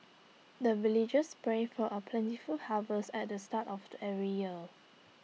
the villagers pray for A plentiful harvest at the start of the every year